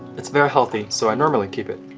it's very healthy so i normally keep it.